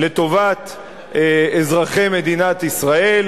לטובת אזרחי מדינת ישראל.